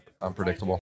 unpredictable